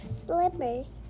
slippers